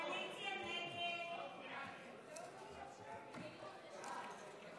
ההצעה להעביר לוועדה את הצעת חוק לתיקון פקודת